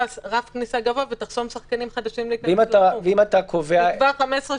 רף כניסה גבוה שיחסום שחקנים חדשים שלא יוכלו להיכנס.